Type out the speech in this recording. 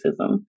racism